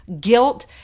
guilt